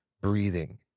breathing